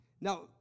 Now